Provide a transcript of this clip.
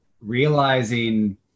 realizing